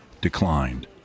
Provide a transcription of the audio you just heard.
declined